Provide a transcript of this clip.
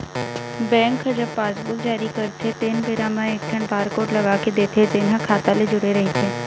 bank ह जब passbook जारी करथे तेन बेरा म एकठन बारकोड लगा के देथे जेन ह खाता ले जुड़े रहिथे